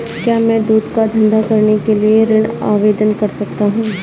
क्या मैं दूध का धंधा करने के लिए ऋण आवेदन कर सकता हूँ?